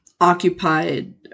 occupied